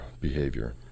behavior